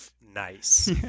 nice